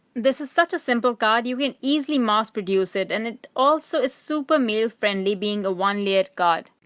this is such a simple card, you can easily mass-produce it and it also is super mail friendly being a one-layer card.